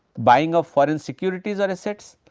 buying of foreign securities or assets,